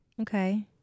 Okay